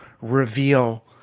reveal